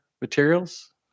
materials